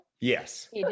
yes